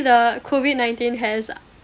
the COVID nineteen has